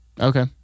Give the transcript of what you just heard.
Okay